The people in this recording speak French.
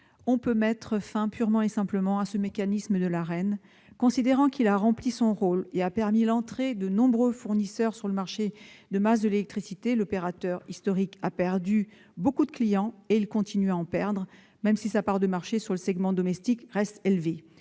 On peut mettre fin purement et simplement à ce mécanisme de l'Arenh, en considérant qu'il a rempli son rôle et permis l'entrée de nombreux fournisseurs sur le marché de masse de l'électricité. L'opérateur historique a déjà perdu beaucoup de clients et il continue à en perdre, même si sa part de marché sur le segment domestique reste élevée.